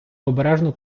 обережно